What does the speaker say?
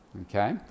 Okay